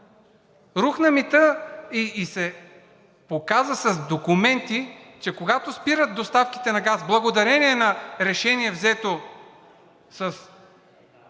Рухна митът и се показа с документи, че когато спират доставките на газ благодарение на решение, взето с